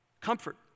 Comfort